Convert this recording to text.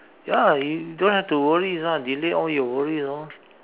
ya you you don't have to worry delete all your worries orh